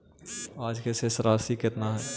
आज के शेष राशि केतना हई?